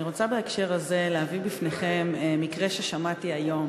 אני רוצה בהקשר הזה להביא בפניכם מקרה ששמעתי היום.